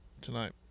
tonight